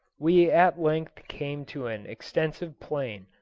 we at length came to an extensive plain,